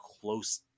close